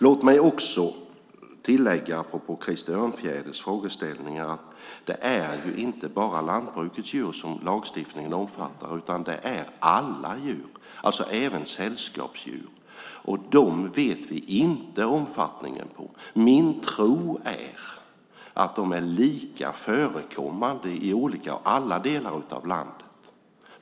Låt mig också tillägga, apropå Krister Örnfjäders frågeställningar, att det inte bara är lantbrukets djur som lagstiftningen omfattar, utan det är alla djur, alltså även sällskapsdjur, och dem vet vi inte omfattningen av. Min tro är att de är lika förekommande i alla delar av landet.